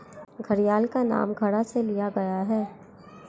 घड़ियाल का नाम घड़ा से लिया गया है